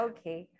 Okay